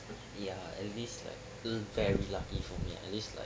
ya at least like very lucky for me at least like